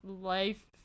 life